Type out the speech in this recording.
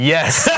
Yes